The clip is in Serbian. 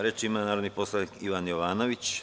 Reč ima narodni poslanik Ivan Jovanović.